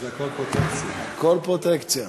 הכול פרוטקציה.